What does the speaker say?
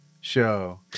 show